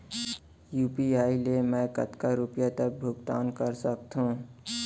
UPI ले मैं कतका रुपिया तक भुगतान कर सकथों